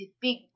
big